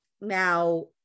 now